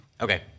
Okay